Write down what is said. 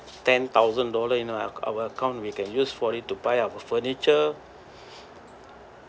ten thousand dollar in our our account we can use for it to buy our furniture